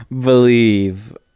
believe